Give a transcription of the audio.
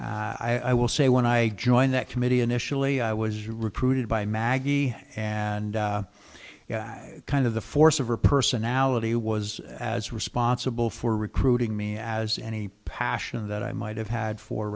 it's i will say when i joined that committee initially i was recruited by maggie and you know i kind of the force of her personality was as responsible for recruiting me as any passion that i might have had fo